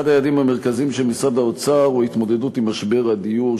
אחד היעדים המרכזיים של משרד האוצר הוא התמודדות עם משבר הדיור,